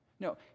No